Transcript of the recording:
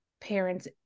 parents